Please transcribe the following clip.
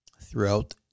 throughout